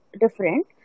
different